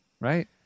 right